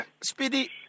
Speedy